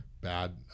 bad